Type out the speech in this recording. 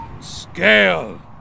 scale